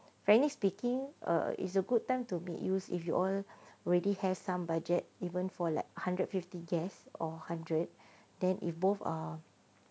frankly speaking err is a good time to be use if you already have some budget even for like hundred fifty guests or hundred then if both are